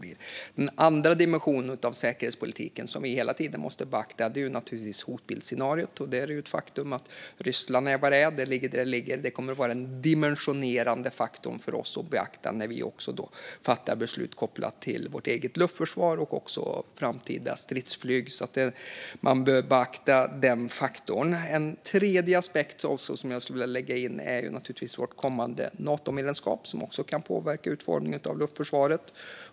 Dels har vi den andra dimensionen av säkerhetspolitiken, som vi hela tiden måste beakta, nämligen hotbildsscenariot. Det är ett faktum att Ryssland är vad det är och ligger där det ligger. Det kommer att vara en dimensionerande faktor för oss att beakta när vi fattar beslut kopplade till vårt eget luftförsvar och framtida stridsflyg. Dels finns en tredje aspekt som jag vill lägga till är naturligtvis vårt kommande Natomedlemskap, som också kan påverkan utformningen av luftförsvaret.